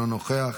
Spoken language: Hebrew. אינו נוכח,